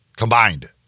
Combined